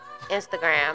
Instagram